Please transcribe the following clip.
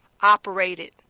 operated